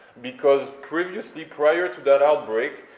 because previously, prior to that outbreak,